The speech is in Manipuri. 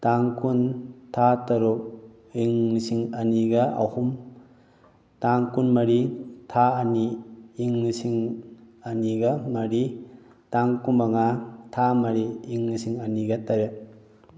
ꯇꯥꯡ ꯀꯨꯟ ꯊꯥ ꯇꯔꯨꯛ ꯏꯪ ꯂꯤꯁꯤꯡ ꯑꯅꯤꯒ ꯑꯍꯨꯝ ꯇꯥꯡ ꯀꯨꯟꯃꯔꯤ ꯊꯥ ꯑꯅꯤ ꯏꯪ ꯂꯤꯁꯤꯡ ꯑꯅꯤꯒ ꯃꯔꯤ ꯇꯥꯡ ꯀꯨꯟꯃꯉꯥ ꯊꯥ ꯃꯔꯤ ꯏꯪ ꯂꯤꯁꯤꯡ ꯑꯅꯤꯒ ꯇꯔꯦꯠ